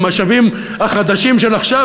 עם המשאבים החדשים של עכשיו,